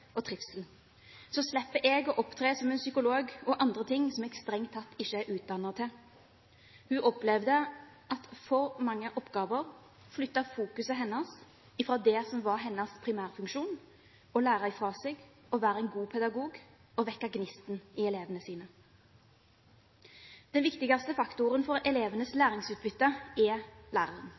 Så slipper jeg å opptre som psykolog og andre ting jeg strengt tatt ikke er utdannet til.» Hun opplevde at for mange oppgaver flyttet fokuset hennes fra det som var hennes primærfunksjon – å lære fra seg, å være en god pedagog, å vekke gnisten i elevene sine. Den viktigste faktoren for elevenes læringsutbytte er læreren.